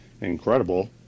incredible